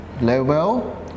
level